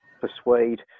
persuade